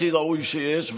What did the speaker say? הכי ראוי שיש,